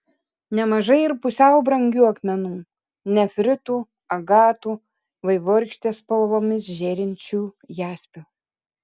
nemažai ir pusiau brangių akmenų nefritų agatų vaivorykštės spalvomis žėrinčių jaspių